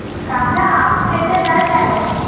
কাঁচা আম ফেটে য়ায় কেন?